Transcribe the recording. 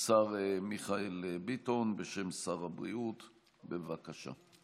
השר מיכאל ביטון בשם שר הבריאות, בבקשה.